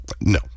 No